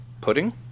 pudding